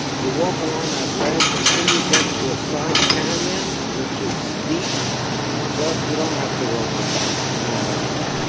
you walk along that ledge until you get to a side canyon which is steep but you don't have to rope it down. it's manageable